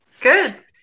good